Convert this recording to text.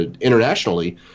internationally